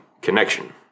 connection